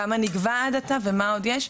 כמה נגבה עד עתה ומה עוד יש?